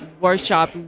workshop